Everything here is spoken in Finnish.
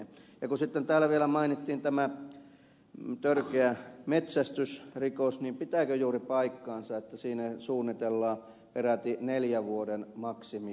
ja kun sitten täällä vielä mainittiin tämä törkeä metsästysrikos niin pitääkö paikkansa että suunnitellaan peräti neljän vuoden maksimituomiota